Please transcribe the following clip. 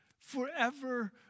forever